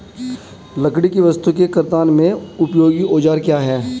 लकड़ी की वस्तु के कर्तन में उपयोगी औजार क्या हैं?